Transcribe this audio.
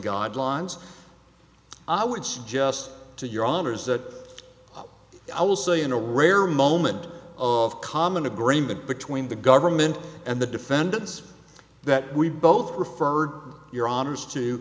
guidelines i would suggest to your honor's that i will say in a rare moment of common agreement between the government and the defendants that we both preferred your hon